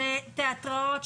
לתיאטראות,